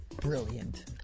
brilliant